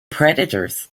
predators